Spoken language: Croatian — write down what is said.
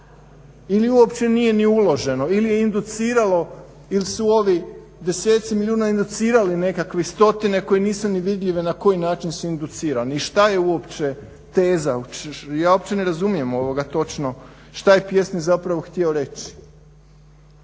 ili je induciralo? Ili su ovi deseci milijuna inducirali nekakve stotine koje nisu ni vidljive na koji način su inducirani i šta je uopće teza? Ja opće ne razumijem točno šta je pjesnik zapravo htio reći